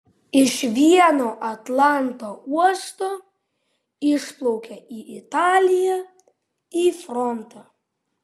iš vieno atlanto uosto išplaukia į italiją į frontą